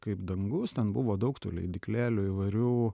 kaip dangus ten buvo daug tų leidyklėlių įvairių